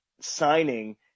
signing